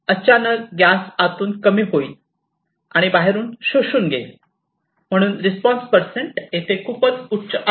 आणि अचानक गॅस आतून कमी होईल आणि बाहेरून शोषून घेईल म्हणून रिस्पॉन्स पर्सेंट येथे खूपच उच्च आहे